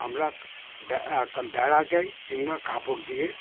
আমরা বেড়া একখান বেড়া দিই কিংবা কাপড় দিয়ে